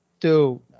two